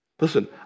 Listen